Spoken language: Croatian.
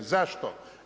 Zašto?